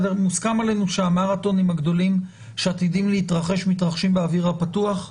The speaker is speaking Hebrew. מוסכם עלינו שהמרתונים הגדולים שעתידים להתרחש מתרחשים באוויר הפתוח?